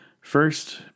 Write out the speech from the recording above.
First